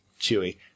Chewy